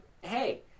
hey